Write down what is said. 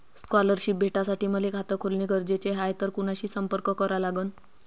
Scholarship भेटासाठी मले खात खोलने गरजेचे हाय तर कुणाशी संपर्क करा लागन?